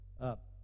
up